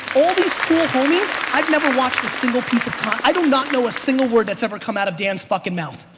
all these cool homies, i've never watched a single piece of content. i do not know a single word that's ever come out of dan's fuckin' mouth.